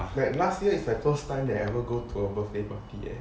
like last year is my first time that ever go to a birthday party leh